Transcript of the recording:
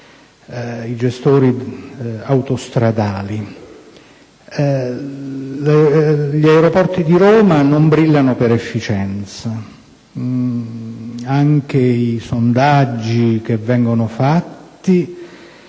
i gestori autostradali. Gli aeroporti di Roma non brillano per efficienza. I sondaggi svolti